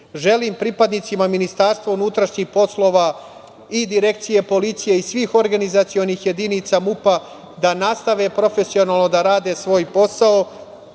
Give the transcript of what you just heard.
pripadnicima Ministarstva unutrašnjih poslova i Direkcije policije i svih organizacionih jedinica MUP-a da nastave profesionalno da rade svoj posao,